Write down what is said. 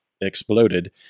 exploded